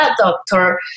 doctor